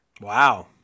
Wow